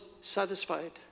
satisfied